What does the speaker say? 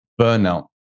burnout